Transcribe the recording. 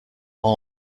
hole